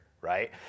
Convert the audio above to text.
right